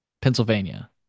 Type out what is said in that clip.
Pennsylvania